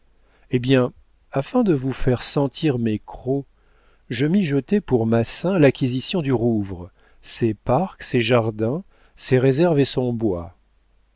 eh bien afin de vous faire sentir mes crocs je mijotais pour massin l'acquisition du rouvre ses parcs ses jardins ses réserves et son bois